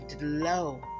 low